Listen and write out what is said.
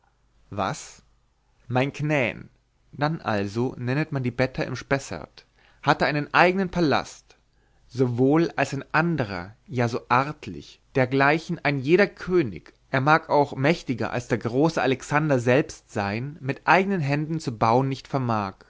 was mein knän dann also nennet man die bätter im spessert hatte einen eignen palast sowohl als ein andrer ja so artlich dergleichen ein jeder könig er mag auch mächtiger als der große alexander selbst sein mit eignen händen zu bauen nicht vermag